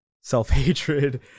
self-hatred